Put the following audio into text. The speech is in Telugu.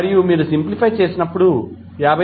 మరియు మీరు సింప్లిఫై చేసినప్పుడు 53